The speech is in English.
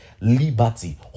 liberty